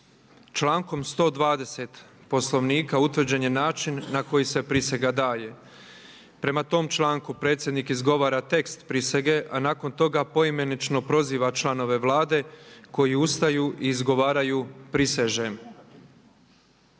Člankom 120. Poslovnika utvrđen je način na koji se prisega daje. Prema tom članku predsjednik izgovara tekst prisege, a nakon toga poimenično proziva članove Vlade koji ustaju i izgovaraju „prisežem“.